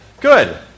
Good